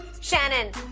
Shannon